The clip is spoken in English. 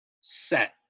set